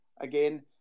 again